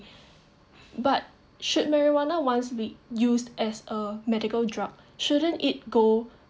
but should marijuana once be used as a medical drug shouldn't it go